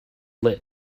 lit